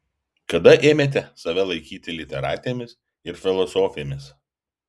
kada ėmėte save laikyti literatėmis ir filosofėmis